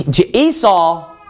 Esau